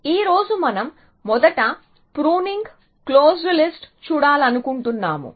ఈ రోజు మనం మొదట ప్రూనింగ్ క్లోజ్డ్ లిస్ట్ చూడాలనుకుంటున్నాము